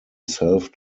self